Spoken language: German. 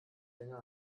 länger